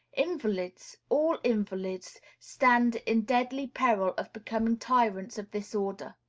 invalids, all invalids, stand in deadly peril of becoming tyrants of this order.